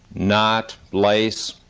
knot, lace,